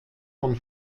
von